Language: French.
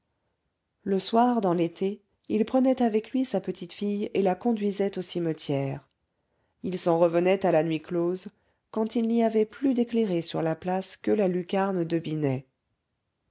le soir dans l'été il prenait avec lui sa petite fille et la conduisait au cimetière ils s'en revenaient à la nuit close quand il n'y avait plus d'éclairé sur la place que la lucarne de binet